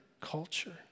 culture